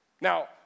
Now